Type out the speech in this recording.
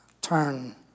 Turn